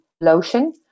lotion